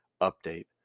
Update